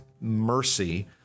mercy